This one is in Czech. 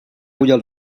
udělal